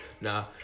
Nah